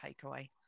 takeaway